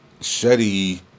Shetty